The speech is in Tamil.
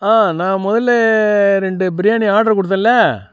ஆ நான் முதல்ல ரெண்டு பிரியாணி ஆர்டர் கொடுத்தேன்ல